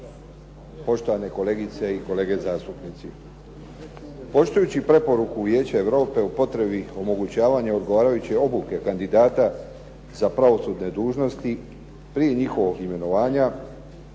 poštovane kolegice i kolege zastupnici. Poštujući preporuku Vijeća Europe u potrebi omogućavanja odgovarajuće obuke kandidata za pravosudne dužnosti, prije njihovog imenovanja,